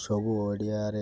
ସବୁ ଓଡ଼ିଆରେ